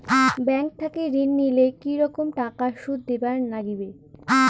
Bank থাকি ঋণ নিলে কি রকম টাকা সুদ দিবার নাগিবে?